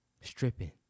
stripping